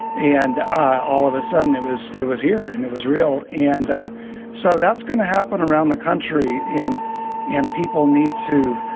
and ah all of a sudden it was it was here and it was real. and so that's going to happen around the country. and and people need to